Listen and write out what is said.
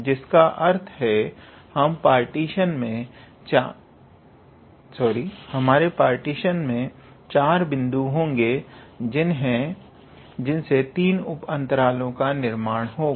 जिसका अर्थ है हमारे पार्टीशन में चार बिंदु होंगे जिनसे 3 उप अंतरलों का निर्माण होगा